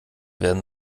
werden